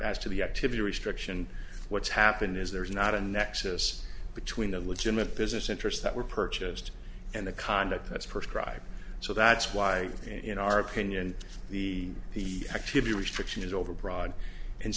as to the activity restriction what's happened is there is not a nexus between the legitimate business interests that were purchased and the conduct that's prescribe so that's why in our opinion the the activity restriction is overbroad and